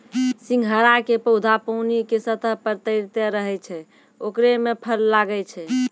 सिंघाड़ा के पौधा पानी के सतह पर तैरते रहै छै ओकरे मॅ फल लागै छै